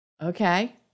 Okay